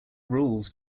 rules